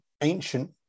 ancient